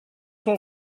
son